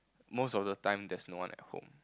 most of the time there's no one at home